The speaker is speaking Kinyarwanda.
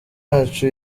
yacu